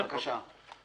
כן, בבקשה.